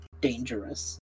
dangerous